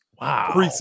Wow